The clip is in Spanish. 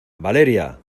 valeria